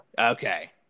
Okay